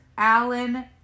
Alan